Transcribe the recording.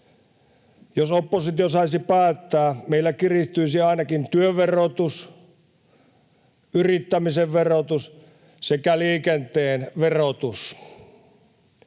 Jos oppositio saisi päättää, meillä kiristyisi ainakin työn verotus, yrittämisen verotus sekä liikenteen verotus.